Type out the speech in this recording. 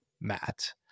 Matt